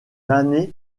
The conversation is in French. année